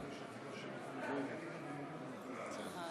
בבקשה.